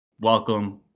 Welcome